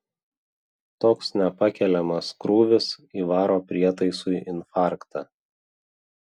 toks nepakeliamas krūvis įvaro prietaisui infarktą